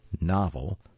novel